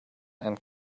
and